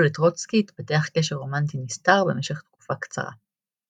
לטרוצקי התפתח קשר רומנטי נסתר במשך תקופה קצרה.